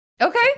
Okay